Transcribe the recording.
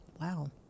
Wow